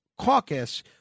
caucus